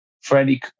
Freddie